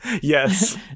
yes